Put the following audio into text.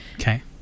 Okay